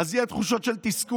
אז יהיו תחושת של תסכול,